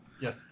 Yes